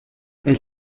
elle